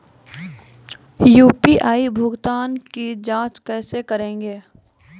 UPI भुगतान की जाँच कैसे करेंगे?